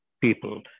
people